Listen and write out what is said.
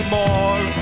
more